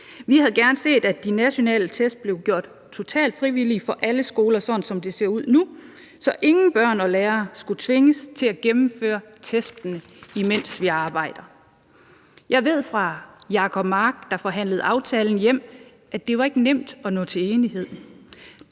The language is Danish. Vi havde gerne set, at de nationale test blev gjort totalt frivillige for alle skoler, sådan som det ser ud nu, så ingen børn og lærere skulle tvinges til at gennemføre testen, imens vi arbejder. Jeg ved fra Jacob Mark, der forhandlede aftalen hjem, at det ikke var nemt at nå til enighed.